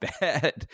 bad